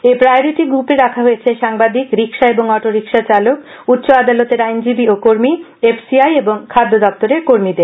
এই প্রায়োরিটি গ্রুপে রাখা হয়েছে সাংবাদিক রিক্সা ও অটো রিক্সা চালক উচ্চ আদালতের আইনজীবী ও কর্মী এফ সি আই ও খাদ্য দপ্তরের কর্মীদের